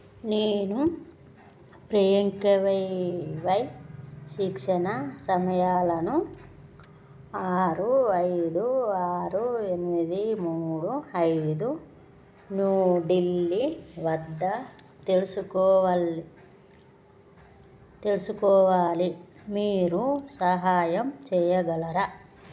నేను P M K V Y శిక్షణ సమయాలను ఆరు ఐదు ఆరు ఎనిమిది మూడు ఐదు న్యూ ఢిల్లీ వద్ద తెలుసుకోవల్ తెలుసుకోవాలి మీరు సహాయం చెయ్యగలరా